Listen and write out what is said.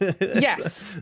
Yes